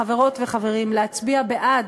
חברות וחברים, להצביע בעד